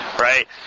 Right